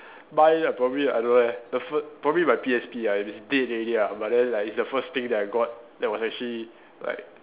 mine ah probably I don't know eh the fir~ probably my P_S_P ah but it's dead already ah but then like it's the first thing that I got that was actually like